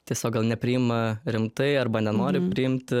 tiesiog gal nepriima rimtai arba nenori priimti